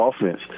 offense